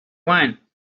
wine